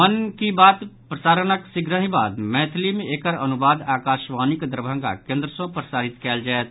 मन की बातक प्रसारणक शीघ्रहि बाद मैथिली मे एकर अनुवाद आकाशवाणीक दरभंगा केन्द्र सॅ प्रसारित कयल जायत